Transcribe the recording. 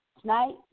Tonight